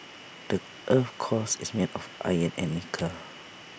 the Earth's cores is made of iron and nickel